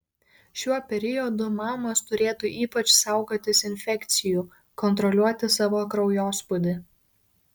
šiuo periodu mamos turėtų ypač saugotis infekcijų kontroliuoti savo kraujospūdį